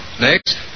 Next